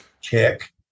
check